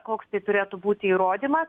koks tai turėtų būti įrodymas